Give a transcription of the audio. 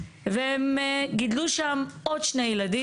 והם גידלו שם עוד שני ילדים,